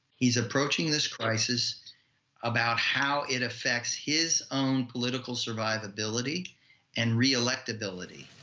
he's approaching this crisis about how it affects his own political survivability and re-electability.